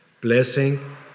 Blessing